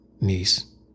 niece